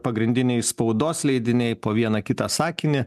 pagrindiniai spaudos leidiniai po vieną kitą sakinį